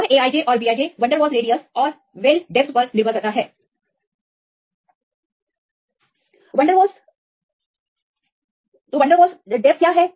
यह A i j और B i j van der Waals radius और अच्छी तरह से वनडेरवाल्स डेप्थ पर निर्भर करता है वनडेर वाल्स रेडियस और वनडेरवाल्स डेप्थ क्या है